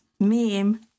meme